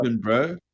bro